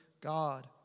God